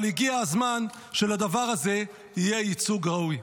אבל הגיע הזמן שלדבר הזה יהיה ייצוג ראוי.